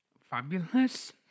Fabulous